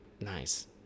Nice